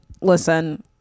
listen